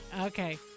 Okay